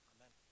Amen